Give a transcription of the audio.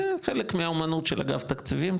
זה חלק מהאומנות של אגף תקציבים,